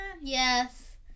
yes